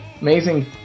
Amazing